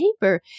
paper